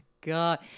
God